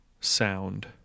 sound